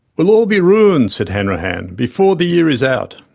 we'll all be rooned, said hanrahan, before the year is out.